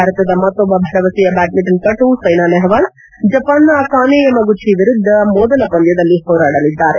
ಭಾರತದ ಮತ್ತೊಬ್ಬ ಭರವಸೆಯ ಬ್ವಾಡ್ಡಿಂಟನ್ ಪಟು ಸೈನಾ ನೇಹವಾಲ್ ಜಪಾನ್ನ ಅಕಾನೆ ಯಮಗುಚಿ ವಿರುದ್ದ ಮೊದಲ ಪಂದ್ಭದಲ್ಲಿ ಹೋರಾಡಲಿದ್ದಾರೆ